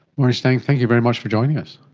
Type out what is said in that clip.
maurie stang, thank you very much for joining us.